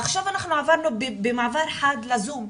עכשיו עברנו במעבר חד לזום,